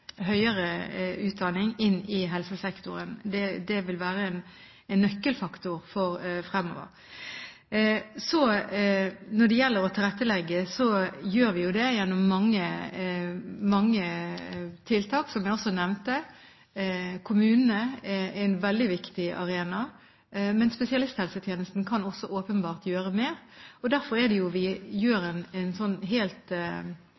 høyere utdanning, inn i helsesektoren. Det vil være en nøkkelfaktor framover. Når det gjelder å tilrettelegge, gjør vi jo det gjennom mange tiltak, som jeg også nevnte. Kommunene er en veldig viktig arena, men spesialisthelsetjenesten kan åpenbart gjøre mer. Derfor foretar vi en slik gjennomgående kartlegging av antall lærlinger – erfaringene med dem, og hvordan de selv opplever det. Det er